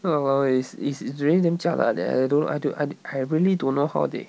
!walao! eh it's it's it's really damn jialat leh I don't I do~ I I really don't know how they